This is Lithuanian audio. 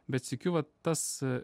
bet sykiu va tas